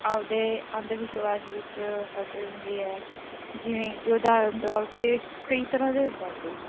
ਆਪਣੇ ਅੰਧ ਵਿਸ਼ਵਾਸ ਵਿੱਚ ਫਸੇ ਹੁੰਦੇ ਹੈ ਜਿਵੇਂ ਕਿ ਉਦਾਹਰਨ ਤੌਰ 'ਤੇ ਕਈ ਤਰ੍ਹਾਂ ਦੇ ਬਾਬੇ